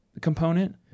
component